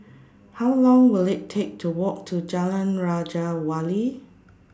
How Long Will IT Take to Walk to Jalan Raja Wali